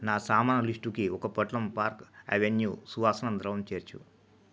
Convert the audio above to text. నా సామాను లిస్టుకి ఒక పొట్లం పార్క్ ఎవెన్యూ సువాసన ద్రవం చేర్చు